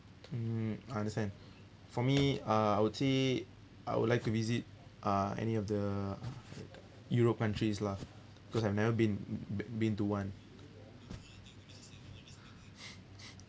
mm I understand for me uh I would say I would like to visit uh any of the europe countries lah because I've never been been to one